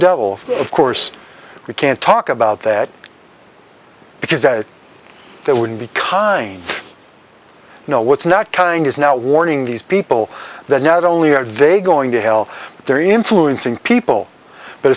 devil of course we can't talk about that because that would be kind you know what's not kind is now warning these people that not only are they going to hell they're influencing people but